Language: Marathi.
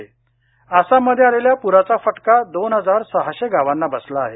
प्र आसाममध्ये आलेल्या पुराचा फटका दोन हजार सहाशे गावांना बसला आहे